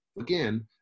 again